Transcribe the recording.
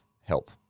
help